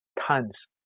tons